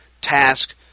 task